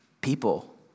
people